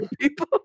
people